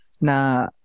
na